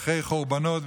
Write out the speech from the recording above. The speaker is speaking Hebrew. אחרי חורבנות,